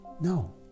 No